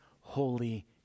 holy